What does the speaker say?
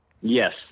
Yes